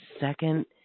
second